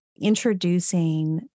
introducing